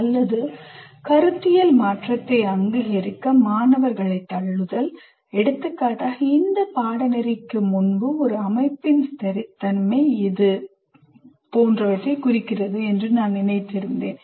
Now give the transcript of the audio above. அல்லது கருத்தியல் மாற்றத்தை அங்கீகரிக்க மாணவர்களைத் தள்ளுதல் எடுத்துக்காட்டாக இந்த பாடநெறிக்கு முன்பு ஒரு அமைப்பின் ஸ்திரத்தன்மை இது போன்றவற்றைக் குறிக்கிறது என்று நினைத்தேன்